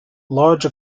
large